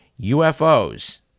UFOs